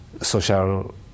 Social